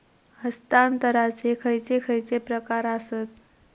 हस्तांतराचे खयचे खयचे प्रकार आसत?